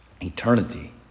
eternity